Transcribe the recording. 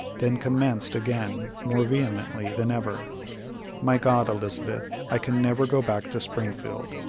then commenced again, more vehemently than ever my god, elizabeth, i can never go back to springfield!